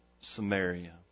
Samaria